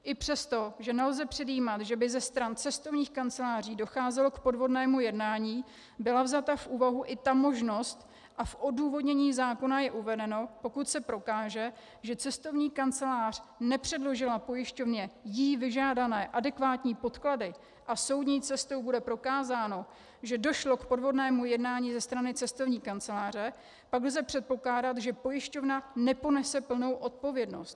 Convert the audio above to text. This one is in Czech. I přesto, že nelze předjímat, že by ze stran cestovních kanceláří docházelo k podvodnému jednání, byla vzata v úvahu i ta možnost a v odůvodnění zákona je uvedeno, že pokud se prokáže, že cestovní kancelář nepředložila pojišťovně jí vyžádané adekvátní podklady a soudní cestou bude prokázáno, že došlo k podvodnému jednání ze strany cestovní kanceláře, pak lze předpokládat, že pojišťovna neponese plnou odpovědnost.